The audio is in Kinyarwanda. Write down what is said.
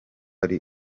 ari